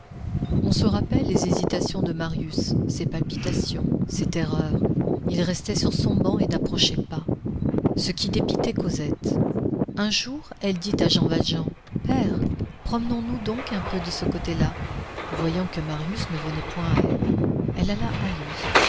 on se rappelle les hésitations de marius ses palpitations ses terreurs il restait sur son banc et n'approchait pas ce qui dépitait cosette un jour elle dit à jean valjean père promenons nous donc un peu de ce côté-là voyant que marius ne venait point à elle elle alla à lui